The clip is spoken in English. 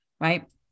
right